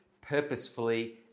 purposefully